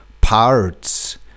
parts